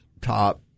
top